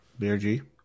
BRG